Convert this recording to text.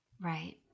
Right